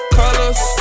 colors